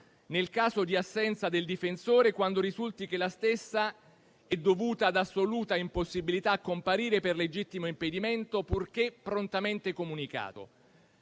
nel caso di assenza del difensore quando risulti che la stessa è dovuta ad assoluta impossibilità a comparire per legittimo impedimento purché prontamente comunicato.